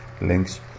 links